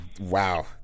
Wow